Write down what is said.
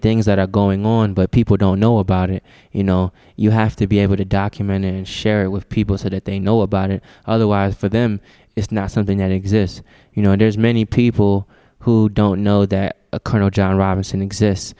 things that are going on but people don't know about it you know you have to be able to document it and share it with people so that they know about it otherwise for them it's not something that exists you know there's many people who don't know they're a colonel john robinson exists